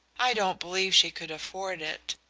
i don't believe she could afford it,